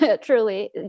truly